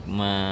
ma